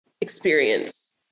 experience